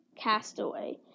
Castaway